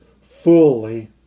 fully